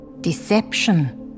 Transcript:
Deception